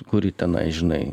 kuri tenai žinai